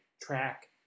track